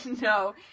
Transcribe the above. No